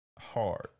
hard